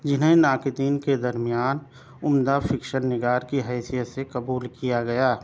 جنہیں ناقدین کے درمیان عمدہ فکشن نگار کی حیثیت سے قبول کیا گیا